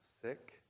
sick